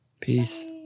Peace